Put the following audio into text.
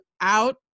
out